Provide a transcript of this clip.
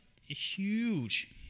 huge